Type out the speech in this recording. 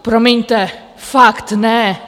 Promiňte, fakt ne!